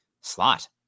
slot